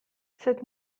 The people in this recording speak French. cette